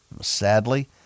Sadly